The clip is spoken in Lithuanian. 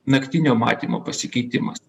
naktinio matymo pasikeitimas